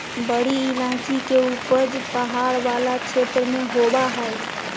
बड़ी इलायची के उपज पहाड़ वाला क्षेत्र में होबा हइ